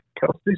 Kelsey